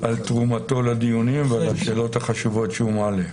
תרומתו לדיונים ועל השאלות החשובות שהוא מעלה.